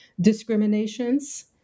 discriminations